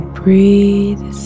breathe